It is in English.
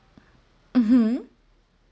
mmhmm